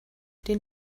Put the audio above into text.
den